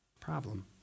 problem